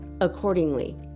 accordingly